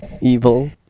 evil